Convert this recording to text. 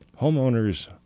Homeowners